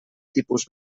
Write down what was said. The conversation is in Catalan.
tipus